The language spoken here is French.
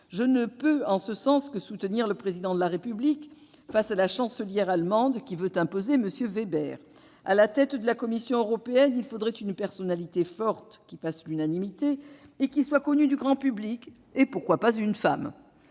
Je ne peux, à ce titre, que soutenir le Président de la République face à la chancelière allemande, qui veut imposer M. Weber. À la tête de la Commission européenne, il faudrait une personnalité forte qui fasse l'unanimité et qui soit connue du grand public. Et pourquoi pas une femme